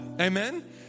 Amen